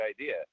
idea